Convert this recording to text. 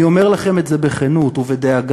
אני אומר לכם את זה בכנות ובדאגה,